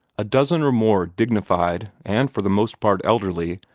a dozen or more dignified, and for the most part elderly,